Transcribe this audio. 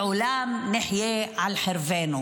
לעולם נחיה על חרבנו.